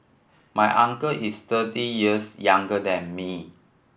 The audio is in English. my uncle is thirty years younger than me